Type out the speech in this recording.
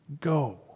go